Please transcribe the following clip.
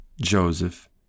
Joseph